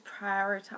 prioritize